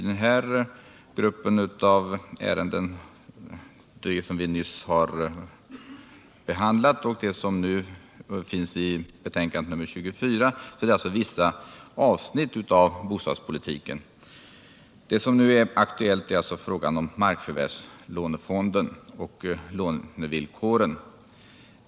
De bostadspolitiska ärenden som riksdagen nyligen har behandlat och det som redovisas i detta betänkande är specialfrågor. I betänkandet nr 24 behandlas mark förvärvslånefonden och villkoren för lån ur denna.